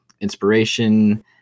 inspiration